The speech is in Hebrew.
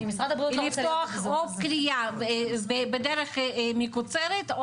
לפתוח אות קריאה בדרך מקוצרת,